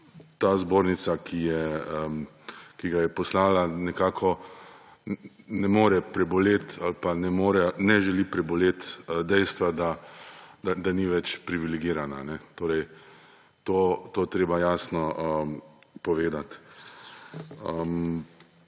ta zbornica, ki ga je poslala, nekako ne more preboleti ali pa ne želi preboleti dejstva, da ni več privilegirana. To je treba jasno povedati.